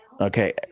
Okay